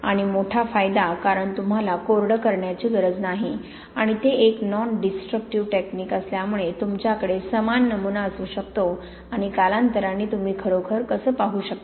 आणि मोठा फायदा कारण तुम्हाला कोरडे करण्याची गरज नाही आणि ते एक नॉन डिस्ट्रुक्टिव्ह टेकनिक असल्यामुळे तुमच्याकडे समान नमुना असू शकतो आणि कालांतराने तुम्ही खरोखर कसे पाहू शकता